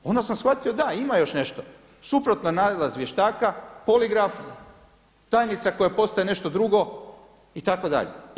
Onda sam shvatio da, ima još nešto, suprotan nalaz vještaka, poligraf, tajnica koja postaje nešto drugo i tako dalje.